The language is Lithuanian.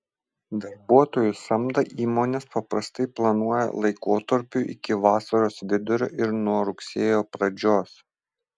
darbuotojų samdą įmonės paprastai planuoja laikotarpiui iki vasaros vidurio ir nuo rugsėjo pradžios